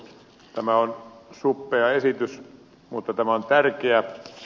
tämä on suppea esitys mutta tämä on tärkeä